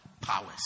powers